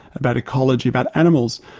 about ecology, about animals,